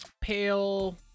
pale